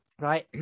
Right